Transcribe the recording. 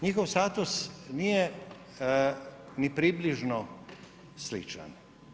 Njihov status nije ni približno sličan.